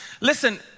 Listen